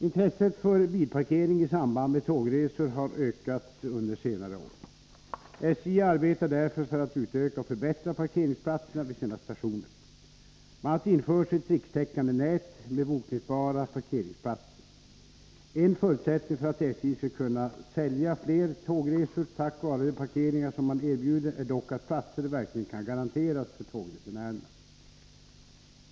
Intresset för bilparkering i samband med tågresor har ökat under senare år. SJ arbetar därför för att utöka och förbättra parkeringsplatserna vid sina stationer. Bl. a. införs ett rikstäckande nät med bokningsbara parkeringsplatser. En förutsättning för att SJ skall kunna sälja fler tågresor tack vare de parkeringar som man erbjuder är dock att platser verkligen kan garanteras för tågresenärerna.